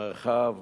מרחב,